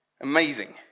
Amazing